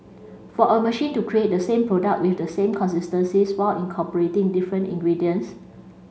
for a machine to create the same product with the same consistencies while incorporating different ingredients